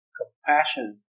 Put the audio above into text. compassion